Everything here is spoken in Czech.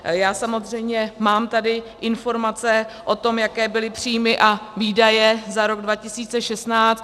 Já samozřejmě mám tady informace o tom, jaké byly příjmy a výdaje za rok 2016.